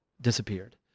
disappeared